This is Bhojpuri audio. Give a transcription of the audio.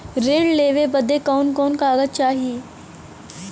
ऋण लेवे बदे कवन कवन कागज चाही?